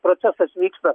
procesas vyksta